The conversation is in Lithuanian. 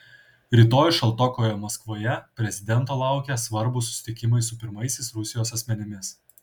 rytoj šaltokoje maskvoje prezidento laukia svarbūs susitikimai su pirmaisiais rusijos asmenimis